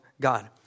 God